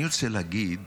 אני רוצה להגיד